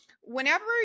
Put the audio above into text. whenever